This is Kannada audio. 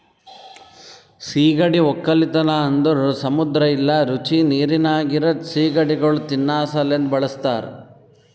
ಸೀಗಡಿ ಒಕ್ಕಲತನ ಅಂದುರ್ ಸಮುದ್ರ ಇಲ್ಲಾ ರುಚಿ ನೀರಿನಾಗ್ ಇರದ್ ಸೀಗಡಿಗೊಳ್ ತಿನ್ನಾ ಸಲೆಂದ್ ಬಳಸ್ತಾರ್